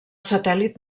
satèl·lit